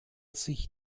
sich